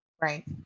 Right